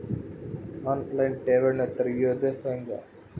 On line ಠೇವಣಿ ತೆರೆಯೋದು ಹೆಂಗ?